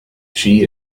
she